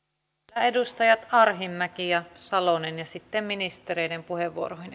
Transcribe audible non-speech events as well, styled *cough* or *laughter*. vielä edustajat arhinmäki ja salonen ja sitten ministereiden puheenvuoroihin *unintelligible*